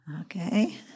Okay